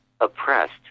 oppressed